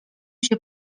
się